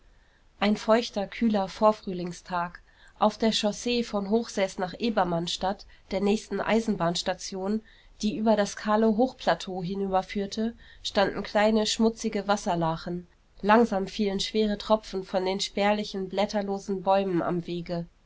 ein feuchter kühler vorfrühlingstag auf der chaussee von hochseß nach ebermannstadt der nächsten eisenbahnstation die über das kahle hochplateau hinüberführte standen kleine schmutzige wasserlachen langsam fielen schwere tropfen von den spärlichen blätterlosen bäumen am wege